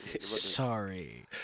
Sorry